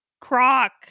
croc